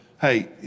hey